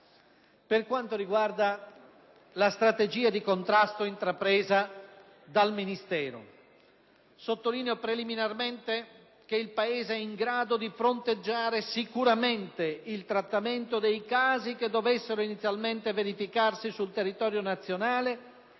Per quanto riguarda la strategia di contrasto intrapresa dal Ministero, sottolineo preliminarmente che il Paese è in grado di fronteggiare sicuramente il trattamento dei casi che dovessero inizialmente verificarsi sul territorio nazionale